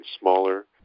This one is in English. smaller